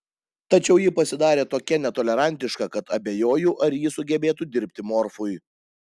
tačiau ji pasidarė tokia netolerantiška kad abejoju ar ji sugebėtų dirbti morfui